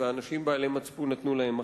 ואנשים בעלי מצפון נתנו להם מחסה.